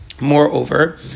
Moreover